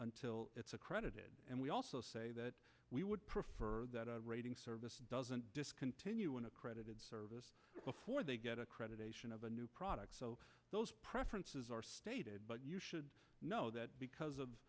until it's accredited and we also say that we would prefer that a rating service doesn't continue an accredited service before they get accreditation of a new product so those preferences are stated but you know that because of